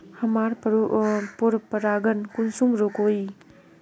हमार पोरपरागण कुंसम रोकीई?